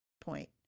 point